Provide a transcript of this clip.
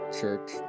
Church